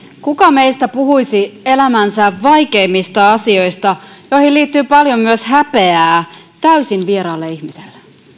kuka meistä puhuisi elämänsä vaikeimmista asioista joihin liittyy paljon myös häpeää täysin vieraalle ihmiselle